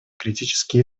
критический